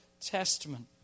Testament